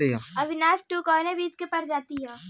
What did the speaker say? अविनाश टू कवने बीज क प्रजाति ह?